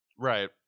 Right